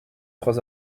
trois